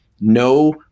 no